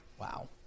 Wow